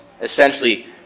essentially